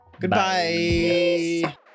Goodbye